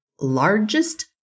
largest